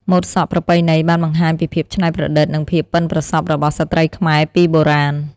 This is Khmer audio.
ម៉ូតសក់ប្រពៃណីបានបង្ហាញពីភាពច្នៃប្រឌិត និងភាពប៉ិនប្រសប់របស់ស្ត្រីខ្មែរពីបុរាណ។